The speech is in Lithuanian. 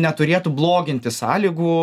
neturėtų bloginti sąlygų